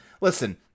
Listen